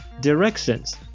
directions